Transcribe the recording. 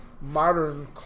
modern